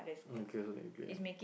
I guess technically ah